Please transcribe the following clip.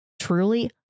truly